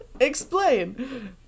Explain